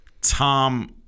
Tom